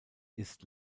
ist